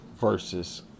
versus